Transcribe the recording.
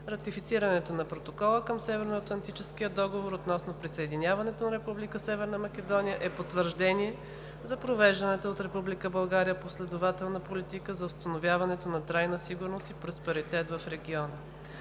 Ратифицирането на Протоколa към Северноатлантическия договор относно присъединяването на Република Северна Македония е потвърждение за провежданата от Република България последователна политика за установяването на трайна сигурност и просперитет в региона.